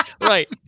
Right